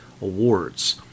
Awards